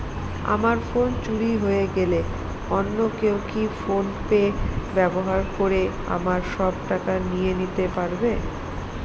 আমার ফোন চুরি হয়ে গেলে অন্য কেউ কি ফোন পে ব্যবহার করে আমার সব টাকা নিয়ে নিতে পারবে?